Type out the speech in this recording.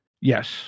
Yes